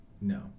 No